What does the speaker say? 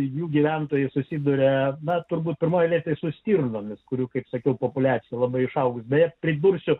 jų gyventojai susiduria na turbūt pirma ne tik su stirnomis kurių kaip sakiau populiacija labai išaugti bepridursi